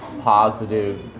positive